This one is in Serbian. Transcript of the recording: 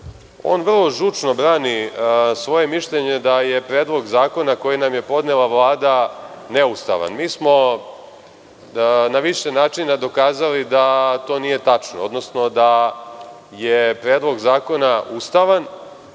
on vrlo žučno brani svoje mišljenje da je Predlog zakona koji nam je podnela Vlada neustavan. Mi smo na više načina dokazali da to nije tačno, odnosno da je Predlog zakona